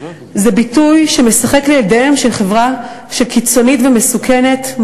זה ביטוי שמשחק לידיה של חברה קיצונית ומסוכנת,